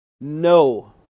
no